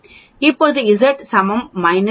இப்போது இசட் சமம் 1